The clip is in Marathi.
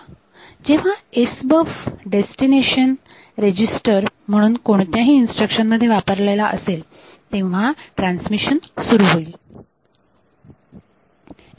जेव्हा SBUF डेस्टिनेशन रजिस्टर म्हणून कोणत्याही इन्स्ट्रक्शन मध्ये वापरलेला असेल तेव्हा ट्रान्समिशन सुरू होईल